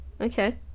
okay